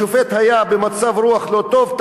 השופט היה במצב רוח לא טוב,